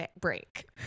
Break